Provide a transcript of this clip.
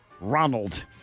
Ronald